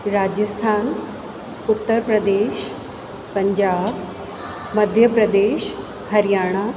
Rajasthan Uttar Pradesh Punjab Madhya Pradesh Haryana